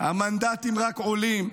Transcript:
המנדטים רק עולים.